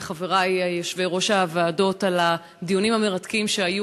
ולחברי יושבי-ראש הוועדות על הדיונים המרתקים שהיו,